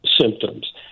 symptoms